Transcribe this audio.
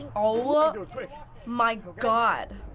oh ah my god.